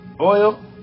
oil